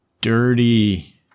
dirty